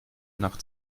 nach